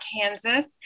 Kansas